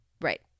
right